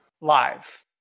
Live